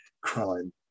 crime